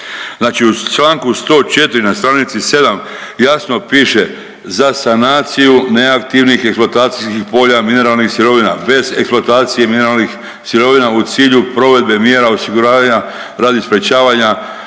Znači u članku 104. na stranici 7. jasno piše za sanaciju neaktivnih eksploatacijskih polja mineralnih sirovina bez eksploatacije mineralnih sirovina u cilju provedbe mjera osiguranja radi sprječavanja